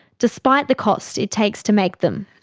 despite the cost it takes to make them.